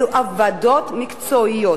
אלה ועדות מקצועיות,